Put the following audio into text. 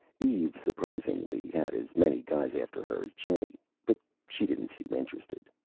eve, surprisingly, had as many guys after her as jenny but she didn't seem interested.